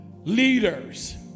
leaders